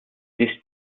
dicht